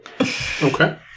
Okay